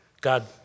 God